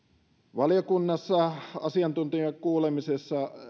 valiokunnassa asiantuntijakuulemisessa